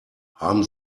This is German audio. haben